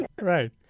Right